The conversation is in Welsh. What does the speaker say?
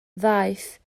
ddaeth